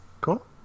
Cool